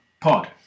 Pod